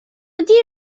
دیر